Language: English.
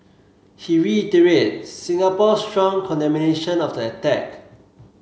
he reiterate Singapore's strong condemnation of the attack